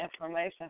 information